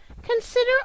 Consider